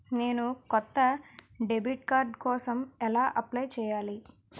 నేను కొత్త debit card కోసం ఎలా అప్లయ్ చేయాలి?